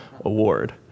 Award